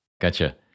Gotcha